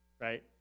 right